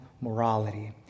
morality